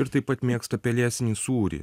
ir taip pat mėgsta pelėsinį sūrį